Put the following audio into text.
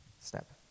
Step